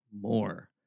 more